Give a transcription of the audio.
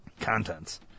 Contents